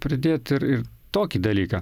pridėt ir ir tokį dalyką